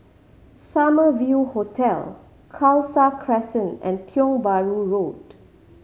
Summer View Hotel Khalsa Crescent and Tiong Bahru Road